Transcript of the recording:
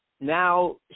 now